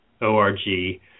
O-R-G